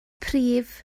prif